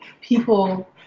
people